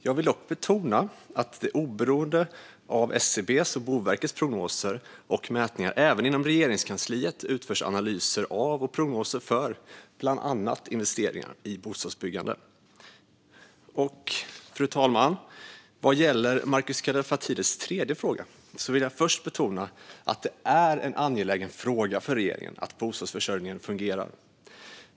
Jag vill dock betona att det oberoende av SCB:s och Boverkets prognoser och mätningar även inom Regeringskansliet utförs analyser av och prognoser för bland annat investeringar i bostadsbyggande. Fru talman! Vad gäller Markus Kallifatides tredje fråga vill jag först betona att det är en angelägen fråga för regeringen att bostadsförsörjningen fungerar.